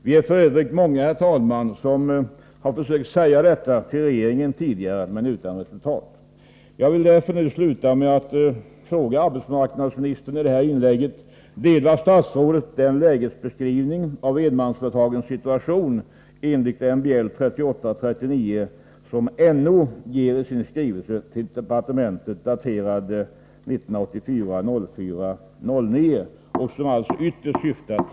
Vi är f. ö. många, herr talman, som tidigare har sagt detta till regeringen, men utan resultat.